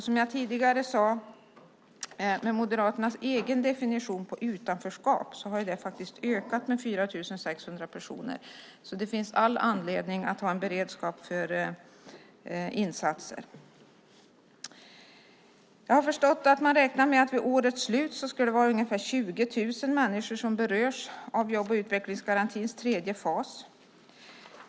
Som jag tidigare sagt: Med Moderaternas egen definition av ordet "utanförskap" har detta faktiskt ökat med 4 600 personer, så det finns all anledning att ha en beredskap för insatser. Jag har förstått att man räknar med att det vid årets slut är ungefär 20 000 människor som berörs av jobb och utvecklingsgarantins tredje fas.